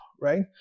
right